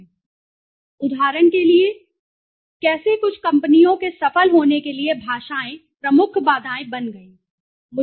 उदाहरण के लिए मैं निश्चित उदाहरण बताऊंगा उदाहरण के लिए कि कैसे कुछ कंपनियों के सफल होने के लिए भाषाएं प्रमुख बाधाएं बन गईं